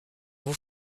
vous